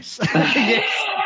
Yes